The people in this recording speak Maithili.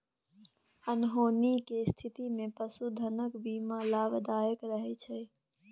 अनहोनी केर स्थितिमे पशुधनक बीमा लाभदायक रहैत छै